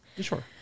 Sure